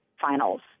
finals